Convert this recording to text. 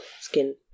skin